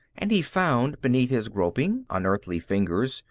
and he found, beneath his groping, unearthly fingers,